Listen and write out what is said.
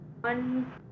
one